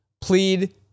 Plead